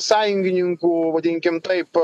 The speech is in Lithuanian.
sąjungininkų vadinkim taip